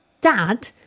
dad